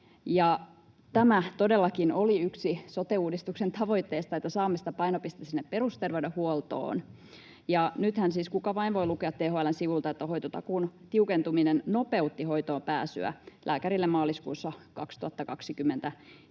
oli yksi sote-uudistuksen tavoitteista, että saamme sitä painopistettä sinne perusterveydenhuoltoon. Nythän siis kuka vain voi lukea THL:n sivulta, että hoitotakuun tiukentuminen nopeutti hoitoonpääsyä lääkärille maaliskuussa 2024.